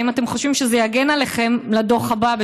האם אתם חושבים שזה יגן עליכם לדוח הבא,